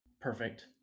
Perfect